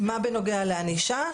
מה בנוגע לענישה,